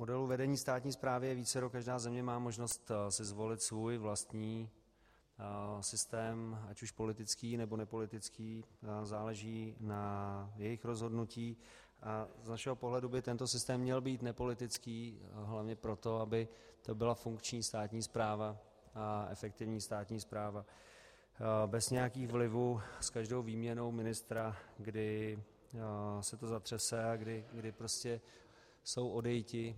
Modelů vedení státní správy je vícero, každá země má možnost si zvolit svůj vlastní systém, ať už politický, nebo nepolitický, záleží na jejich rozhodnutí, a z našeho pohledu by tento systém měl být nepolitický hlavně proto, aby to byla funkční státní správa a efektivní státní správa bez nějakých vlivů s každou výměnou ministra, kdy se to zatřese a kdy jsou odejiti